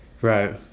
Right